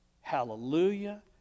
Hallelujah